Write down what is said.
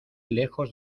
lejos